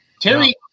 Terry